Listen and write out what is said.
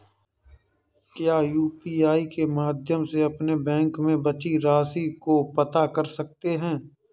क्या यू.पी.आई के माध्यम से अपने बैंक में बची राशि को पता कर सकते हैं?